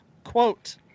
quote